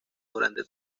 durante